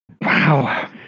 Wow